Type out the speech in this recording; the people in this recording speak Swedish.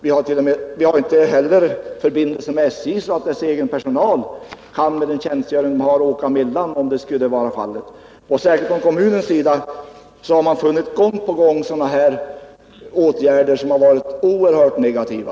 SJ har inte heller sådana förbindelser att dess egen personal, med den tjänstgöring den har, alltid kan åka emellan dessa orter, som skulle önskas. Kommunen har gång på gång funnit att SJ:s åtgärder varit oerhört negativa.